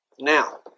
Now